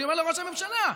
אני אומר לראש הממשלה,